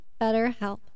BetterHelp